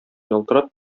ялтырап